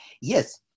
Yes